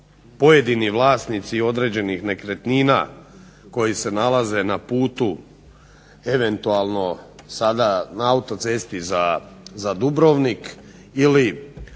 pojedini vlasnici određenih nekretnina koji se nalaze na putu eventualno sada na autocesti za Dubrovnik ili